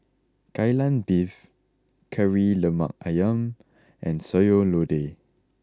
Kai Lan Beef Kari Lemak Ayam and Sayur Lodeh